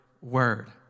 word